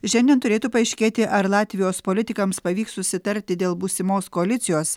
šiandien turėtų paaiškėti ar latvijos politikams pavyks susitarti dėl būsimos koalicijos